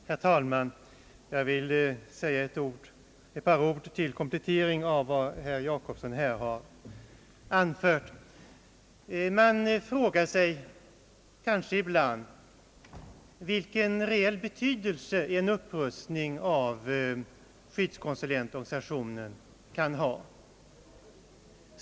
Herr talman! Jag vill säga något till komplettering av vad herr Jacobsson här har anfört. Man frågar sig kanske ibland vilken reell betydelse en upprustning av skyddskonsulentorganisationen kan ha.